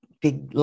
big